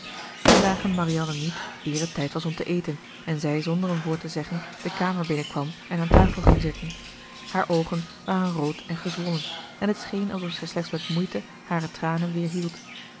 zij zagen marianne niet eer het tijd was om te eten en zij zonder een woord te zeggen de kamer binnenkwam en aan tafel ging zitten haar oogen waren rood en gezwollen en het scheen alsof zij slechts met moeite hare tranen